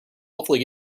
hopefully